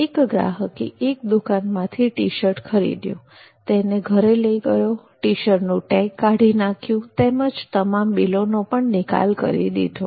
એક ગ્રાહકે એક દુકાનમાંથી ટી શર્ટ ખરીદ્યું તેને ઘેર લઈ ગયો ટી શર્ટનું ટેગ કાઢી નાખ્યું તેમજ તમામ બિલોનો પણ નિકાલ કરી દીધો